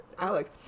Alex